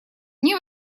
мне